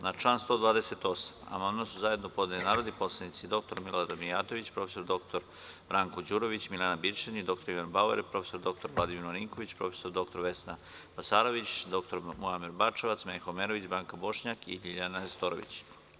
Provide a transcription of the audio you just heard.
Na član 128. amandman su zajedno podneli narodni poslanici dr Milorad Mijatović, prof. dr Branko Đurović, Milena Bićanin, dr Ivan Bauer, prof. dr Vladimir Marinković, prof. dr Vesna Besarević, dr Muamer Bačevac, Meho Omerović, Branka Bošnjak i Ljiljana Nestorović.